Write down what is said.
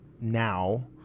now